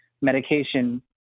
medication